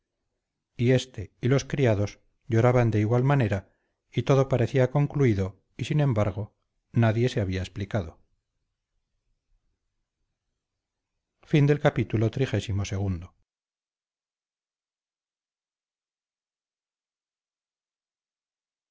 y éste y los criados lloraban de igual manera y todo parecía concluido y sin embargo nadie se había explicado